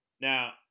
Now